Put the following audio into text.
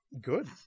Good